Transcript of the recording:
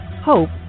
Hope